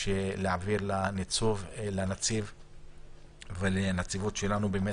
אני מבקש ממך להעביר לנציב ולנציבות שלנו באמת